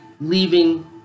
leaving